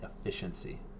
efficiency